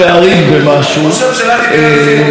אני מסוגל, לכן אני רוצה לפרגן לך.